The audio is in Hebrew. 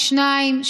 שניים,